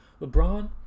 LeBron